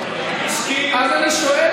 והסביר למה זה חיוני